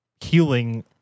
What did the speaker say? healing